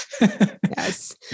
yes